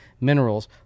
minerals